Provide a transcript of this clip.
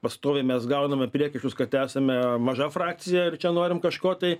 pastoviai mes gauname priekaištus kad esame maža frakcija ir čia norim kažko tai